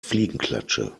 fliegenklatsche